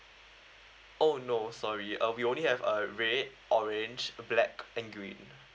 oh no sorry uh we only have uh red orange black and green